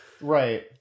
right